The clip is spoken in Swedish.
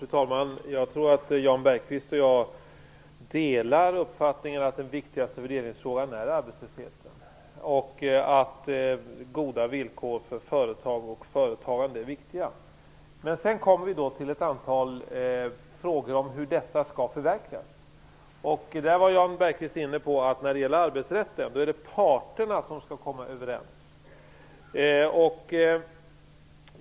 Fru talman! Jag tror att Jan Bergqvist och jag delar uppfattningen att den viktigaste fördelningsfrågan är arbetslösheten och att goda villkor för företag och företagande är viktiga. Sedan kommer vi till ett antal frågor om hur detta skall förverkligas. Jan Bergqvist var inne på att det är parterna som skall komma överens om arbetsrätten.